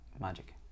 magic